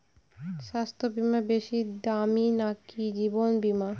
স্বাস্থ্য বীমা বেশী দামী নাকি জীবন বীমা?